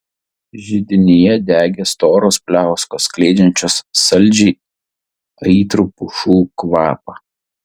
židinyje degė storos pliauskos skleidžiančios saldžiai aitrų pušų kvapą